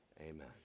amen